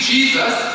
Jesus